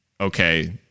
okay